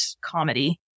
comedy